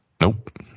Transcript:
Nope